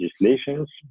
legislations